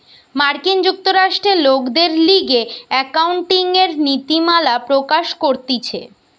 মার্কিন যুক্তরাষ্ট্রে লোকদের লিগে একাউন্টিংএর নীতিমালা প্রকাশ করতিছে